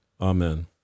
Amen